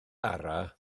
araf